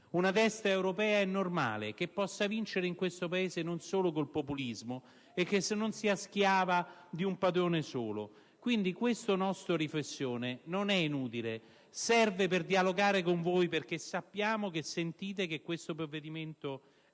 una destra europea e normale che possa vincere in questo Paese non solo con il populismo e che non sia schiava di un padrone solo? Questa nostra riflessione, quindi, non è inutile. Serve per dialogare con voi perché sappiamo che sentite che questo provvedimento è sbagliato